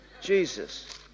Jesus